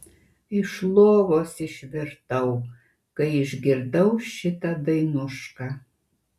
iš lovos išvirtau kai išgirdau šitą dainušką